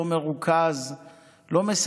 לא מרוכז,